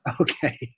Okay